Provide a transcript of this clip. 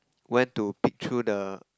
went to peek through the